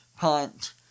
Punt